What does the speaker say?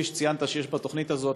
כפי שציינת שיש בתוכנית הזאת,